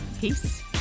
Peace